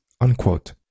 unquote